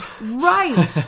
right